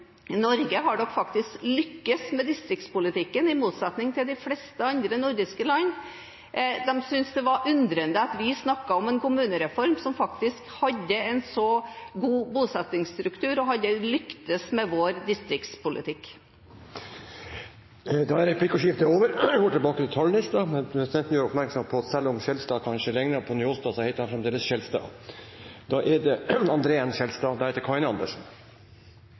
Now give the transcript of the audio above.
faktisk hadde lyktes med distriktspolitikken, i motsetning til de fleste andre nordiske land. De syntes derfor det var underlig at vi snakket om en kommunereform, som faktisk hadde en så god bosettingsstruktur og hadde lyktes med vår distriktspolitikk. Replikkordskiftet er omme. Presidenten gjør oppmerksom på at selv om Skjelstad kanskje ligner på Njåstad, så heter han fremdeles Skjelstad.